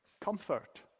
comfort